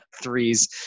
threes